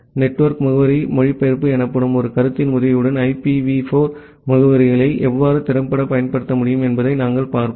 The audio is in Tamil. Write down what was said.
நெட்வொர்க் முகவரி மொழிபெயர்ப்பு எனப்படும் ஒரு கருத்தின் உதவியுடன் ஐபிவி 4 முகவரிகளை எவ்வாறு திறம்பட பயன்படுத்த முடியும் என்பதையும் நாங்கள் பார்ப்போம்